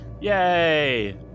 Yay